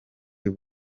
ubwo